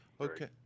Okay